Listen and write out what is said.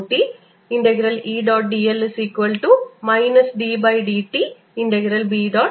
dl ddtB